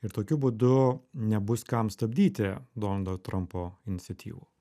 ir tokiu būdu nebus kam stabdyti donaldo trampo iniciatyvų